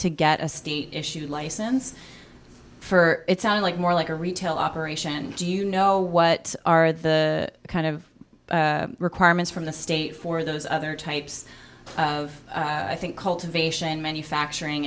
to get a state issued license for it sounds like more like a retail operation do you know what are the kind of requirements from the state for those other types of i think cultivation manufacturing